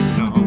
no